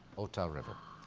ota river.